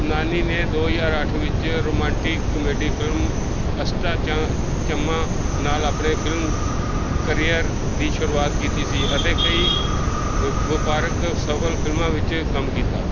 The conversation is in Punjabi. ਨਾਨੀ ਨੇ ਦੋ ਹਜ਼ਾਰ ਅੱਠ ਵਿੱਚ romantic comedy film Ashta Chamma ਨਾਲ ਆਪਣੇ ਫਿਲਮ ਕਰੀਅਰ ਦੀ ਸ਼ੁਰੂਆਤ ਕੀਤੀ ਸੀ ਅਤੇ ਕਈ ਵਪਾਰਕ ਸਫਲ ਫਿਲਮਾਂ ਵਿੱਚ ਕੰਮ ਕੀਤਾ